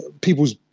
people's